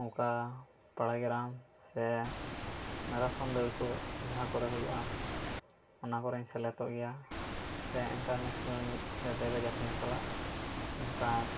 ᱱᱚᱠᱟ ᱯᱟᱲᱟ ᱜᱮᱨᱟᱢ ᱥᱮ ᱢᱮᱨᱟᱛᱷᱚᱱ ᱫᱟᱹᱲ ᱠᱚ ᱡᱟᱦᱟᱸ ᱠᱚᱨᱮ ᱦᱩᱭᱩᱜᱼᱟ ᱚᱱᱟ ᱠᱚᱨᱮᱧ ᱥᱮᱞᱮᱫᱚᱜ ᱜᱮᱭᱟ ᱥᱮ ᱤᱱᱴᱟᱨ ᱱᱮᱥᱮᱱᱮᱞ ᱞᱮᱵᱮᱞ ᱨᱮ ᱡᱟᱛᱮᱧ ᱪᱟᱞᱟᱜ ᱚᱱᱟᱠᱟ